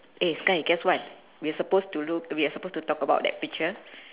eh sky guess what we are suppose to look we are suppose to talk about that picture